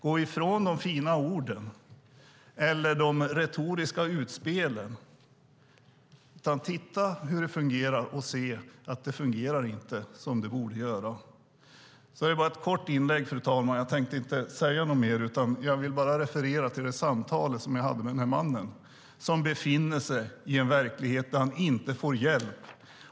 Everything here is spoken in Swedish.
Gå ifrån de fina orden eller de retoriska utspelen! Se hur det fungerar och se att det inte fungerar som det borde göra! Det här är bara ett kort inlägg, fru talman. Jag tänkte inte säga något mer. Jag ville bara referera till det samtal som jag hade med den här mannen, som befinner sig i en verklighet där han inte får hjälp.